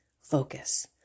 focus